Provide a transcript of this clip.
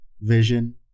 vision